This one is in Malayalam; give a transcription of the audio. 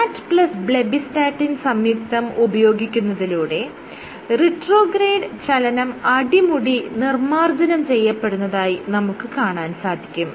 ലാറ്റ് പ്ലസ് ബ്ലെബ്ബിസ്റ്റാറ്റിൻ സംയുക്തം ഉപയോഗിക്കുന്നതിലൂടെ റിട്രോഗ്രേഡ് ചലനം അടിമുടി നിർമ്മാർജ്ജനം ചെയ്യപ്പെടുന്നതായി നമുക്ക് കാണാൻ സാധിക്കും